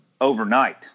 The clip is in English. overnight